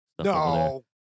no